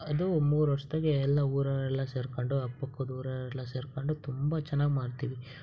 ಅದು ಮೂರು ವರ್ಷದಾಗೆ ಎಲ್ಲ ಊರವರೆಲ್ಲ ಸೇರ್ಕೊಂಡು ಅಕ್ಕಪಕ್ಕದ ಊರವರೆಲ್ಲ ಸೇರ್ಕೊಂಡು ತುಂಬ ಚೆನ್ನಾಗಿ ಮಾಡ್ತೀವಿ